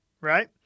right